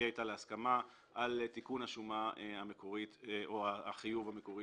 איתה להסכמה על תיקון השומה המקורית או החיוב המקורי